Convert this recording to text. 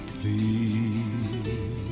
Please